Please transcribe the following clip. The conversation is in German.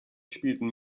spielten